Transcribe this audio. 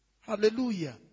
Hallelujah